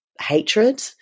hatred